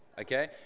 okay